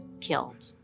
killed